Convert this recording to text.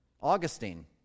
Augustine